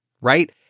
right